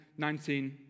19